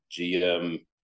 GM